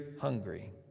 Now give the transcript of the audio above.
hungry